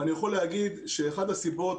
אני יכול להגיד שאחת הסיבות